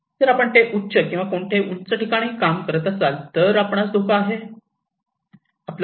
जर आपण ते उच्च किंवा कोणत्याही उंच ठिकाणी काम करत असाल तर आपणास धोका आहे